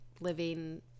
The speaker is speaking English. living